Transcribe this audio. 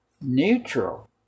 neutral